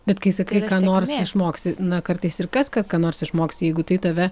bet kai sakai ką nors išmoksi na kartais ir kas kad ką nors išmoksi jeigu tai tave